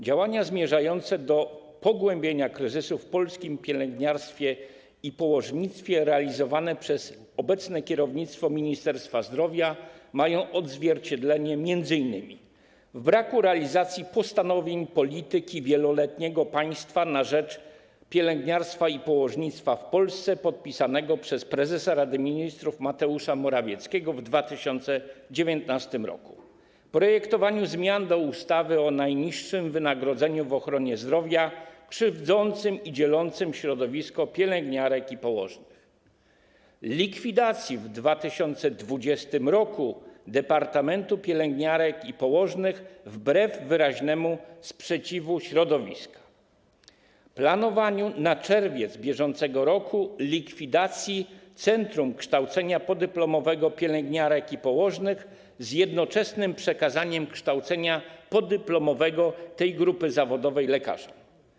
Działania zmierzające do pogłębienia kryzysu w polskim pielęgniarstwie i położnictwie realizowane przez obecne kierownictwo Ministerstwa Zdrowia mają odzwierciedlenie m.in. w braku realizacji postanowień „Polityki wieloletniej państwa na rzecz pielęgniarstwa i położnictwa w Polsce”, podpisanej przez prezesa Rady Ministrów Mateusza Morawieckiego w 2019 r., projektowaniu zmian do ustawy o najniższym wynagrodzeniu w ochronie zdrowia, krzywdzącym i dzielącym środowisko pielęgniarek i położnych, likwidacji w 2020 r. Departamentu Pielęgniarek i Położnych wbrew wyraźnemu sprzeciwowi środowiska, planowaniu na czerwiec br. likwidacji Centrum Kształcenia Podyplomowego Pielęgniarek i Położnych z jednoczesnym przekazaniem kształcenia podyplomowego tej grupy zawodowej lekarzom.